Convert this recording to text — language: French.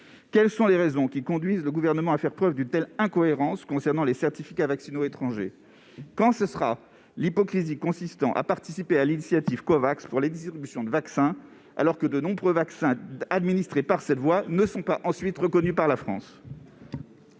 Quelles sont les raisons qui conduisent le Gouvernement à faire preuve d'une telle incohérence concernant les certificats vaccinaux étrangers ? Quand cessera l'hypocrisie consistant à participer à l'initiative Covax pour la distribution de vaccins, alors que de nombreux vaccins administrés par cette voie ne sont pas reconnus en France ?